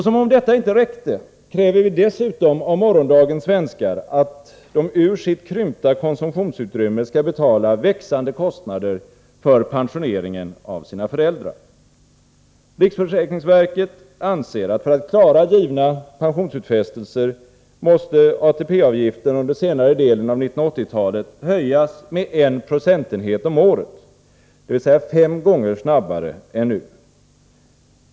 Som om detta inte räckte, kräver vi dessutom av morgondagens svenskar att de ur sitt krympta konsumtionsutrymme skall betala växande kostnader för pensioneringen av sina föräldrar. Riksförsäkringsverket anser att för att klara givna pensionsutfästelser måste ATP-avgiften under senare delen av 1980-talet höjas med 1 procentenhet om året, dvs. fem gånger snabbare än nu.